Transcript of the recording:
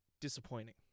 disappointing